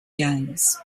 games